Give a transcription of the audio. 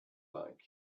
like